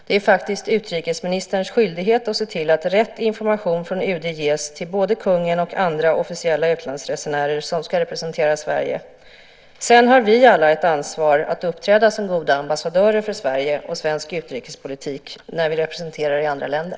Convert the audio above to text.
Det är faktiskt utrikesministerns skyldighet att se till att rätt information från UD ges till både kungen och andra officiella utlandsresenärer som ska representera Sverige. Sedan har vi alla ett ansvar att uppträda som goda ambassadörer för Sverige och svensk utrikespolitik när vi representerar i andra länder.